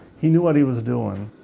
he knew what he was doing.